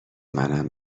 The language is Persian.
منم